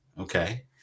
okay